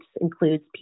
includes